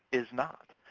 is not.